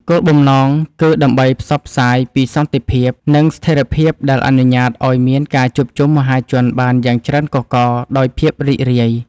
គោលបំណងគឺដើម្បីផ្សព្វផ្សាយពីសន្តិភាព និងស្ថិរភាពដែលអនុញ្ញាតឱ្យមានការជួបជុំមហាជនបានយ៉ាងច្រើនកុះករដោយភាពរីករាយ។